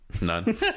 None